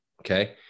Okay